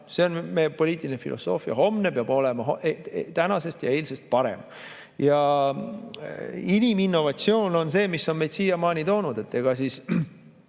See on meie poliitiline filosoofia: homne peab olema tänasest ja eilsest parem. Iniminnovatsioon on see, mis on meid siiamaani toonud. Ega siis